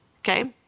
okay